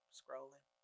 scrolling